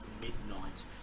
midnight